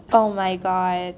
oh my god